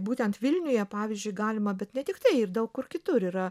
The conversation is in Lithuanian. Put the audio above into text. būtent vilniuje pavyzdžiui galima bet ne tiktai ir daug kur kitur yra